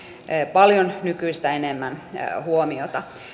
paljon nykyistä enemmän huomiota